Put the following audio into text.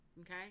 Okay